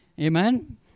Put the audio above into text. Amen